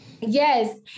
Yes